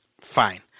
fine